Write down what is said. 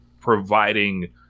providing